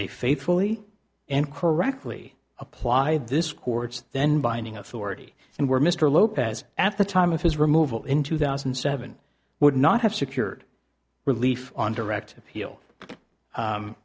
they faithfully and correctly apply this court's then binding authority and where mr lopez at the time of his removal in two thousand and seven would not have secured relief on direct appeal